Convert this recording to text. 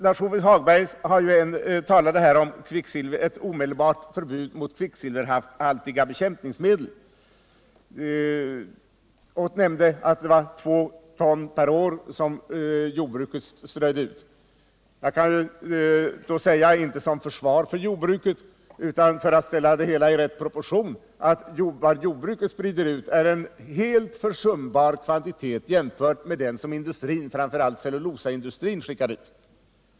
Lars-Ove Hagberg talade här om ett omedelbart förbud mot kvicksilverhaltiga bekämpningsmedel och nämnde att jordbruket strör ut två ton per år. Jag kan då säga, inte som försvar för jordbruket utan för att ge det hela riktiga proportioner, att vad jordbruket sprider ut är en helt försumbar kvantitet jämfört med vad industrin, framför allt cellulosaindustrin, skickar ut.